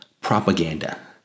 propaganda